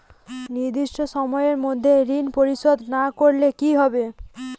নির্দিষ্ট সময়ে মধ্যে ঋণ পরিশোধ না করলে কি হবে?